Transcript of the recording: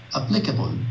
applicable